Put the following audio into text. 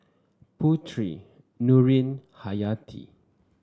Putri Nurin Hayati